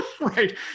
right